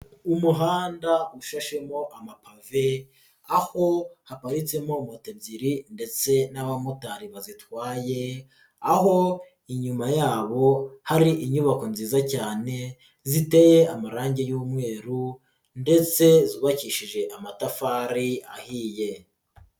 Umuhanda ushashemo amapave, aho haparitsemo moto ebyiri ndetse n'abamotari bazitwaye, aho inyuma yabo hari inyubako nziza cyane ziteye amarangi y'umweru ndetse zubakishije amatafari ahiye.